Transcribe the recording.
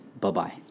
Bye-bye